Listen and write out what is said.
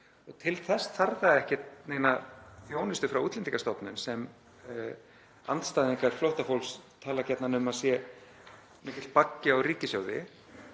og til þess þarf það ekki neina þjónustu frá Útlendingastofnun sem andstæðingar flóttafólks tala gjarnan um að sé mikill baggi á ríkissjóði.